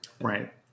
Right